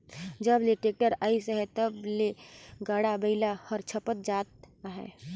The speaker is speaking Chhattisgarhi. जब ले टेक्टर अइस अहे तब ले गाड़ा बइला हर छपत जात अहे